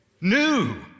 new